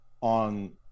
on